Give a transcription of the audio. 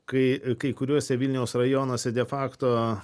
kai kai kuriuose vilniaus rajonuose de facto